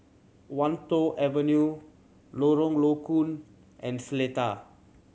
Wan Tho Avenue Lorong Low Koon and Seletar